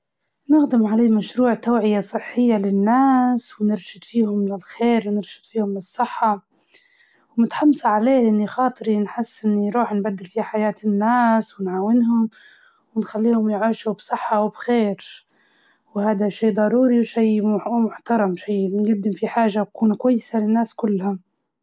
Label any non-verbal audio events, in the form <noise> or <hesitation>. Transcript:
حاليا نشتغل على قناتي في اليوتيوب، <hesitation> عاد مهارات <hesitation> تكنولوجيا، وتطور الذكاء الاصطناعي، نبي نفيد الناس ونوصل أفكار تساعدهم في حياتهم.